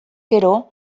gero